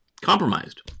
Compromised